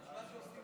עשר דקות